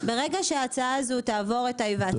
ברגע שההצעה הזאת תעבור את ההיוועצות